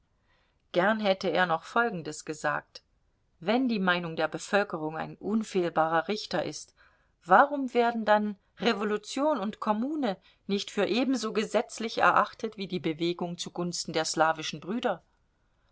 gern hätte er noch folgendes gesagt wenn die meinung der bevölkerung ein unfehlbarer richter ist warum werden dann revolution und kommune nicht für ebenso gesetzlich erachtet wie die bewegung zugunsten der slawischen brüder